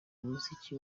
umuziki